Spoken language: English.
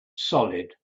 solid